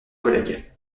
collègue